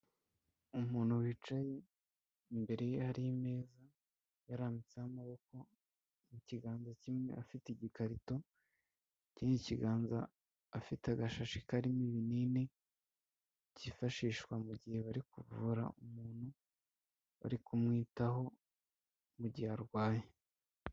Umuntu wicaye imbere ye hari meza yarambitseho amaboko mu kiganza kimwe afite igikarito, ikindi kiganza afite agashashi karimo ibinini byifashishwa mu gihe bari kuvura umuntu bari kumwitaho mu gihe arwaye.